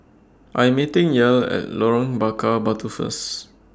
I Am meeting Yael At Lorong Bakar Batu First